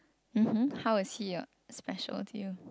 mmhmm how is he uh special to you